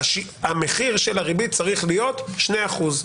המחיר של הריבית צריך להיות שני אחוזים.